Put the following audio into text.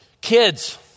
Kids